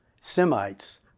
Semites